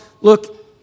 Look